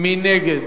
מי נגד?